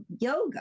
yoga